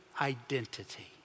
identity